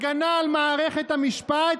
הגנה על מערכת המשפט?